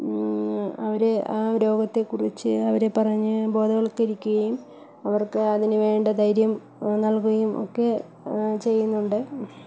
അവരെ ആ രോഗത്തെ കുറിച്ച് അവരെ പറഞ്ഞ് ബോധവൽക്കരിക്കുകയും അവർക്ക് അതിന് വേണ്ട ധൈര്യം നൽകുകയും ഒക്കെ ചെയ്യുന്നുണ്ട്